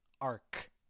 arc